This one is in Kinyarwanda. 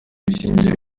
bishingiye